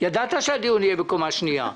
ידעת שהדיון יהיה בקומה שנייה".